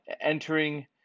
Entering